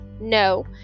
No